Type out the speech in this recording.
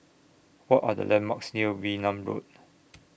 What Are The landmarks near Wee Nam Road